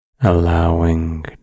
allowing